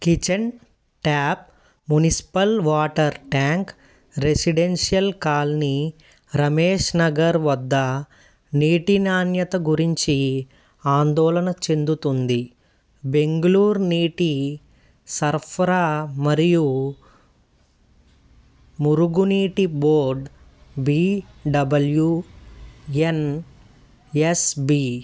kitchen tap municipal water tank residential colony Ramesh Nagar వద్ద నీటి నాణ్యత గురించి ఆందోళన చెందుతుంది బెంగళూర్ నీటి సరఫరా మరియు మురుగునీటి board B W N S be